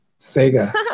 Sega